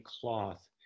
cloth